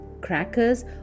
crackers